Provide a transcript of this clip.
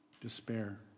Despair